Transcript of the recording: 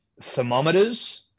thermometers